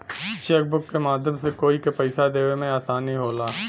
chequebook के माध्यम से कोई के पइसा देवे में आसानी होला